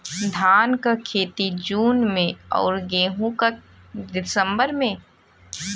धान क खेती जून में अउर गेहूँ क दिसंबर में?